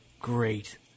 great